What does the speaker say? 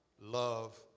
love